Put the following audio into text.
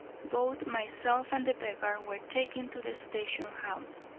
both myself and the beggar were taken to the station-house.